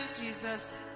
Jesus